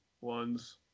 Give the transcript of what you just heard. ones